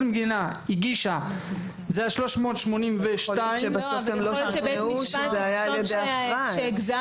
המדינה הגישה הוא 382 --- מה אם בית משפט קבע